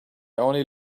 only